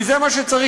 כי זה מה שצריך.